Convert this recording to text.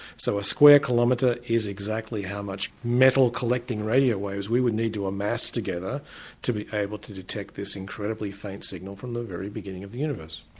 so a square kilometre is exactly how much metal collecting radio waves we would need to amass together to be able to detect this incredibly faint signal from the very beginning of the universe.